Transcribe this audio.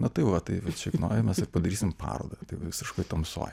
na tai va tai vat šiknoj mes ir padarysim parodą tai visiškoj tamsoj